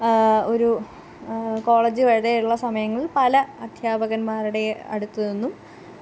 ഒരു കോളേജ് വരെയുള്ള സമയങ്ങളില് പല അദ്ധ്യാപകന്മാരുടേയും അടുത്തുനിന്നും